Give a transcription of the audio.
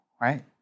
right